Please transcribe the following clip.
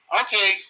Okay